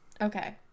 Okay